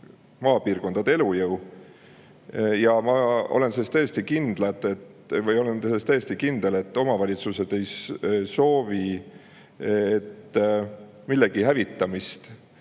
maapiirkondade elujõu. Ja ma olen täiesti kindel, et omavalitsused ei soovi millegi hävimist.